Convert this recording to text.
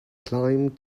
climbed